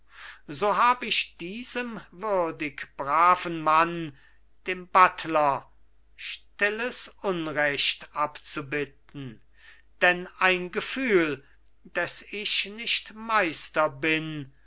so hab ich diesem würdig braven mann dem buttler stilles unrecht abzubitten denn ein gefühl des ich nicht meister bin